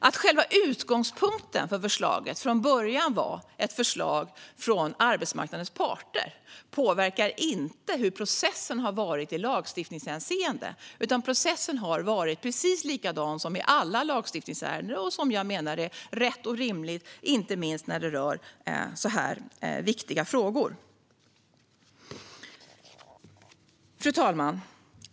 Att själva utgångspunkten för förslaget från början var ett förslag från arbetsmarknadens parter påverkar inte hur processen har varit i lagstiftningshänseende, utan processen har varit precis likadan som i alla lagstiftningsärenden och som jag menar är rätt och rimligt, inte minst när det rör så här viktiga frågor. Fru talman!